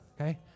okay